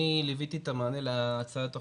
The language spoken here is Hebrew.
אני ליוויתי את המענה להצעת החוק,